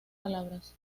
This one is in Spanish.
palabras